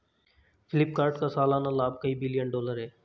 फ्लिपकार्ट का सालाना लाभ कई बिलियन डॉलर है